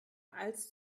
als